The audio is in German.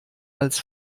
als